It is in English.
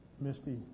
Misty